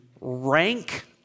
rank